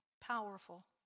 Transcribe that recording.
Powerful